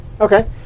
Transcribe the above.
Okay